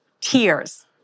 tears